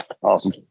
Awesome